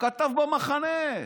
כתב במחנה,